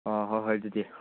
ꯑꯥ ꯍꯣꯏ ꯍꯣꯏ ꯑꯗꯨꯗꯤ